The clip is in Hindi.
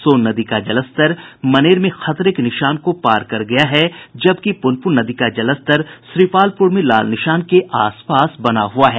सोन नदी का जलस्तर मनेर में खतरे के निशान को पार कर गया है जबकि पुनपुन नदी का जलस्तर श्रीपालपुर में लाल निशान के आस पास बना हुआ है